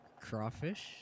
crawfish